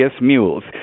mules